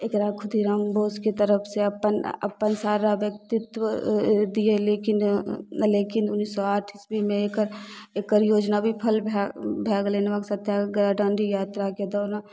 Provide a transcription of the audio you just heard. एकरा खुद्दी राम बोसके तरफ से अपन अपन सारा व्यक्तित्व दिएलियै कि नहि भेलै कि उन्नैस सए आठ ईसबीमे एकर योजना बिफल भए भए गेलै नमक सत्याग्रह डांडी यात्राके दौरान